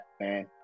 man